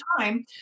time